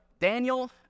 Daniel